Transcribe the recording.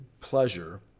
pleasure